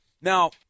now